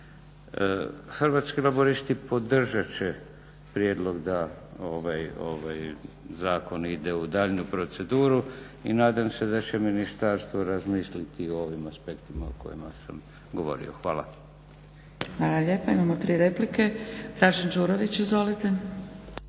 Hrvatski laburisti podržat će prijedlog da ovaj zakon ide u daljnju proceduru i nadam se da će ministarstvo razmisliti o ovim aspektima o kojima sam govorio. Hvala.